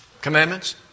commandments